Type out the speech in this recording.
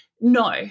no